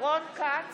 השאירו הכול